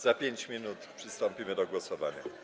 Za 5 minut przystąpimy do głosowania.